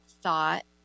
thought